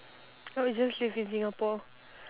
I would just live in singapore